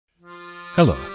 hello